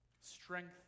Strength